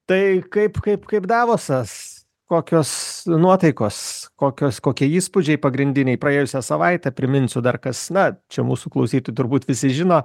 tai kaip kaip kaip davosas kokios nuotaikos kokios kokie įspūdžiai pagrindiniai praėjusią savaitę priminsiu dar kas na čia mūsų klausytojai turbūt visi žino